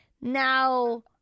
now